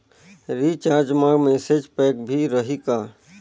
Recharge मा message pack भी रही का?